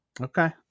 Okay